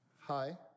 Hi